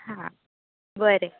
हा बरें